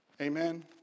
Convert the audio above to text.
Amen